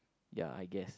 ya I guess